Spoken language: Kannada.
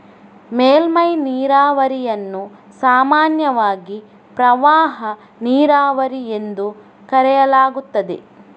ಮೇಲ್ಮೈ ನೀರಾವರಿಯನ್ನು ಸಾಮಾನ್ಯವಾಗಿ ಪ್ರವಾಹ ನೀರಾವರಿ ಎಂದು ಕರೆಯಲಾಗುತ್ತದೆ